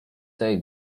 tej